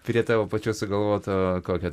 prie tavo pačios sugalvoto kokio